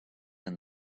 and